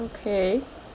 okay